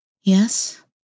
Yes